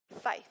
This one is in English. Faith